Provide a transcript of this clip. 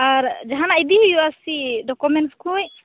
ᱟᱨ ᱡᱟᱦᱟᱱᱟᱜ ᱤᱫᱤ ᱦᱩᱭᱩᱜᱼᱟ ᱥᱮ ᱪᱮᱫ ᱰᱚᱠᱚᱢᱮᱱᱥ ᱠᱚ